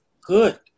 Good